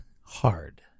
hard